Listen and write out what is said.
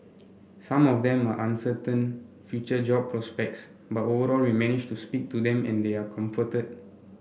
some of them uncertain future job prospects but overall we managed to speak to them and they are comforted